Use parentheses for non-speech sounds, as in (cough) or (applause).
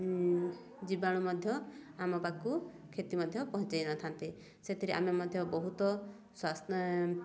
ଜୀବାଣୁ ମଧ୍ୟ ଆମ ପାଖକୁ କ୍ଷତି ମଧ୍ୟ ପହଞ୍ଚାଇ ନଥାନ୍ତି ସେଥିରେ ଆମେ ମଧ୍ୟ ବହୁତ (unintelligible)